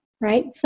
right